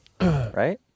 right